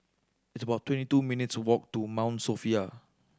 it's about twenty two minutes' walk to Mount Sophia